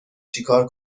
چیکار